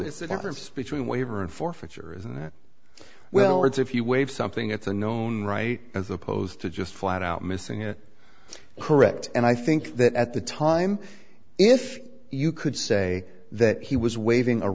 difference between waiver and forfeiture isn't that well words if you wave something it's a known right as opposed to just flat out missing it correct and i think that at the time if you could say that he was waving a